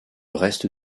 reste